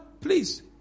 please